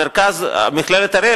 מכללת אריאל,